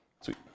Sweet